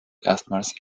erstmals